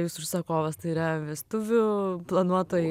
jūsų užsakovas tai yra vestuvių planuotojai